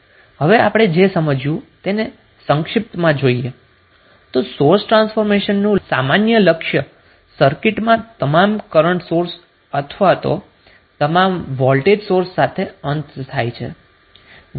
હવે આપણે જે સમજ્યુ તેને સંક્ષિપ્તમાં જોઈએ તો સોર્સ ટ્રાન્સફોર્મેશનનું સામાન્ય લક્ષ્ય સર્કિટમાં તમામ કરન્ટ સોર્સ અથવા તો તમામ વોલ્ટેજ સોર્સ સાથે અંત કર વુ છે